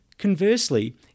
Conversely